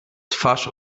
twarz